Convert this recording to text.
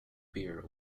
beer